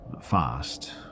fast